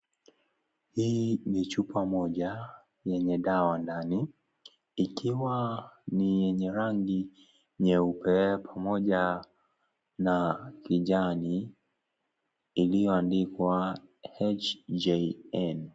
Hii ni chupa moja yenye dawa ndani. Igiwa ni yenye rangi nyeupe, pamoja na kijani. Iliyoandikwa, HJN.